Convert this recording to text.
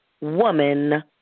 woman